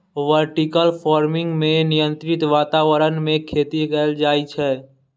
vertical farming मे नियंत्रित वातावरण मे खेती कैल जाइ छै